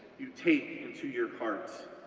you take into your heart. a